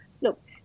look